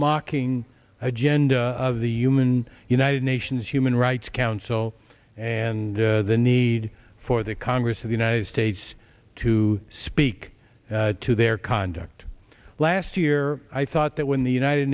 mocking agenda of the human united nations human rights council and the need for the congress of the united states to speak to their conduct last year i thought that when the united